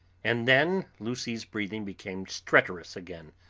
and then lucy's breathing became stertorous again,